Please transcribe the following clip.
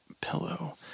pillow